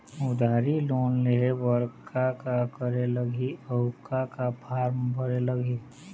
उधारी लोन लेहे बर का का करे लगही अऊ का का फार्म भरे लगही?